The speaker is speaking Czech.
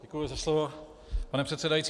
Děkuji za slovo, pane předsedající.